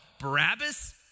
Barabbas